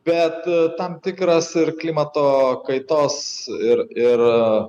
bet tam tikras ir klimato kaitos ir ir